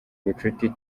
ubucuti